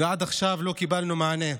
ועד עכשיו לא קיבלנו מענה.